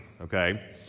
okay